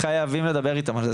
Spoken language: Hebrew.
חייבים לדבר איתם על זה,